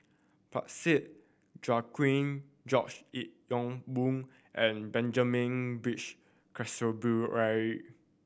Parsick Joaquim George Yeo Yong Boon and Benjamin Peach Keasberry